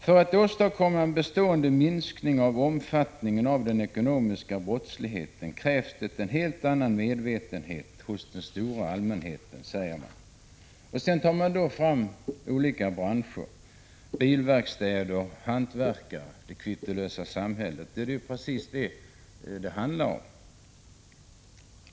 ”För att åstadkomma en bestående minskning av omfattningen av den ekonomiska brottsligheten krävs det en helt annan medvetenhet hos den stora allmänheten”, säger motionärerna. Sedan nämns som exempel en bilverkstad och en hantverkare — man syftar på det kvittolösa samhället. Det är ju precis detta det gäller.